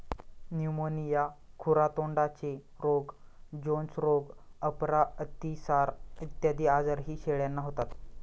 pneumonia, खुरा तोंडाचे रोग, जोन्स रोग, अपरा, अतिसार इत्यादी आजारही शेळ्यांना होतात